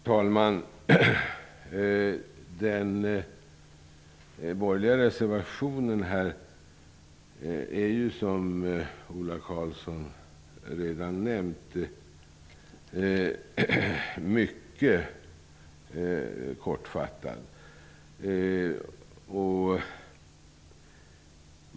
Herr talman! Den borgerliga reservationen nr 6 är, som Ola Karlsson redan nämnt, mycket kortfattad.